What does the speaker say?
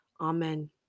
Amen